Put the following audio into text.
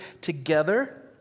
together